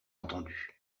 entendu